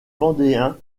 vendéens